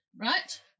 Right